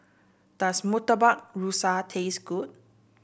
does Murtabak Rusa taste good